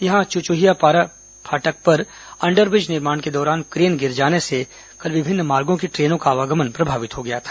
यहां चुचुहियापारा फाटक पर अंडरब्रिज निर्माण के दौरान क्रेन गिर जाने से कल विभिन्न मार्गों की ट्रेनों का आवागमन प्रभावित हो गया था